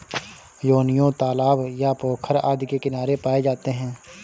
योनियों तालाब या पोखर आदि के किनारे पाए जाते हैं